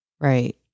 Right